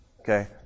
Okay